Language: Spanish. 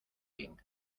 bien